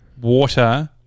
water